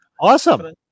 Awesome